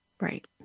Right